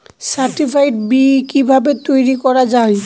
Certified বি কিভাবে তৈরি করা যায়?